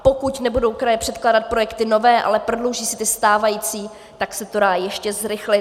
A pokud nebudou kraje předkládat projekty nové, ale prodlouží si ty stávající, tak se to dá ještě zrychlit.